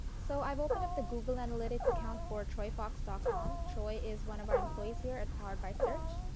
so, i've opened up the google analytics account for troyfawkes ah com. troy is one of our employees here at powered by search.